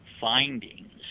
findings